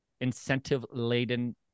incentive-laden